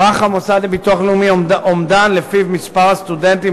ערך המוסד לביטוח לאומי אומדן שלפיו מספר הסטודנטים